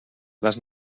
les